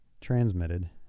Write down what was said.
transmitted